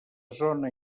zona